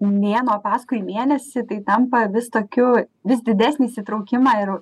mėnuo paskui mėnesį tai tampa vis tokiu vis didesnį įsitraukimą ir